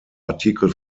artikel